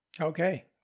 Okay